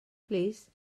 plîs